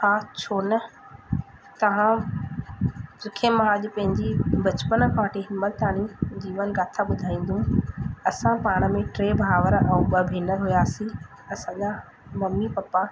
हा छो न तव्हां तोखे मां पंहिंजी बचपन खां वठी हेमहिल ताणी जीवन गाथा ॿुधाईंदुमि असां पाण में टे भाउर ऐं ॿ भेनर हुआसीं असांजा मम्मी पप्पा